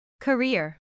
Career